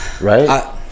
Right